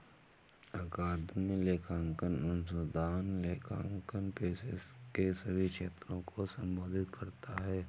अकादमिक लेखांकन अनुसंधान लेखांकन पेशे के सभी क्षेत्रों को संबोधित करता है